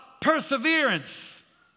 perseverance